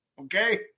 okay